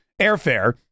airfare